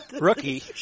Rookie